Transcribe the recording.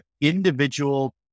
individual